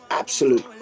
absolute